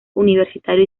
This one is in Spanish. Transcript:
universitario